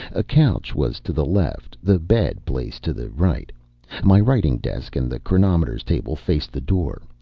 a couch was to the left, the bed place to the right my writing desk and the chronometers' table faced the door.